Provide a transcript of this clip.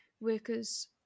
workers